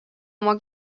oma